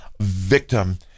victim